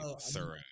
thorough